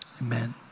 amen